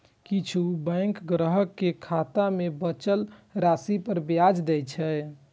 किछु बैंक ग्राहक कें खाता मे बचल राशि पर ब्याज दै छै